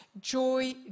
joy